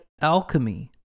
alchemy